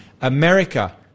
America